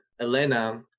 Elena